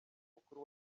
mukuru